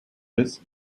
this